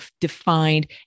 defined